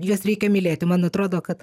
juos reikia mylėti man atrodo kad